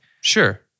Sure